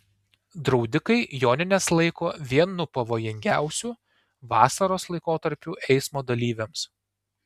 draudikai jonines laiko vienu pavojingiausių vasaros laikotarpių eismo dalyviams